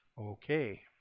Okay